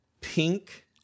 pink